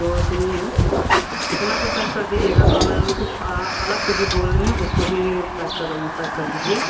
तो सुनिए इतना तो पैक कर दीजिएगा और कुछ अलग से भी बोल रहें उसको भी पैक कर पैक कर दीजिए